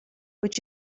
would